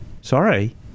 Sorry